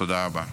תודה רבה.